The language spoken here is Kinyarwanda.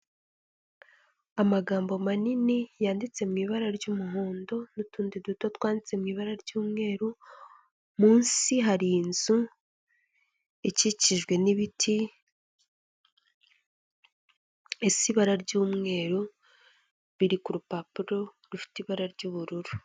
Amagambo manini yanditse mu ibara ry'umuhondo n'utundi duto twanditse mu ibara ry'umweru, munsi hari inzu ikikijwe n'ibiti bisa ibara ry'umweru biri ku rupapuro rufite ibara ry'ubururu.